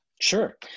Sure